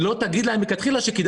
אבל היא לא תגיד להם מלכתחילה שכדאי